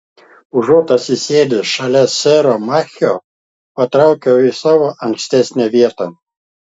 užuot atsisėdęs šalia sero machio patraukiau į savo ankstesnę vietą